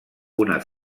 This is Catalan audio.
una